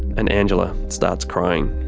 and angela starts crying.